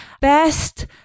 best